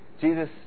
Jesus